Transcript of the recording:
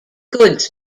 goods